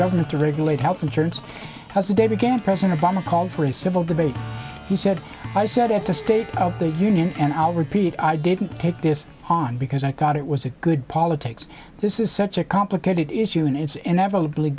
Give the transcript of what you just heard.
government to regulate health insurance has a day began president obama called for a civil debate he said i said at the state of the union and i'll repeat i didn't take this on because i thought it was a good politics this is such a complicated issue and it's inevitably